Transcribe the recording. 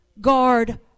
guard